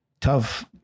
tough